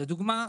לדוגמה: